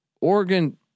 Oregon